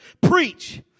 preach